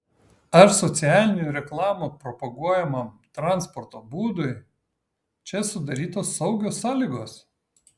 ar socialinių reklamų propaguojamam transporto būdui čia sudarytos saugios sąlygos